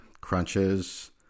crunches